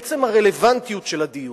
עצם הרלוונטיות של הדיון,